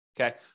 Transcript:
Okay